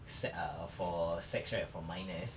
se~ ah for sex right for minors